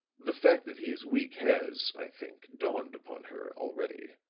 the fact that he is weak has, i think, dawned upon her already